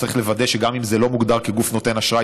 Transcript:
צריך לוודא שגם אם זה לא מוגדר כגוף נותן אשראי,